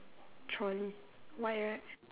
trolley white right